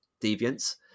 deviants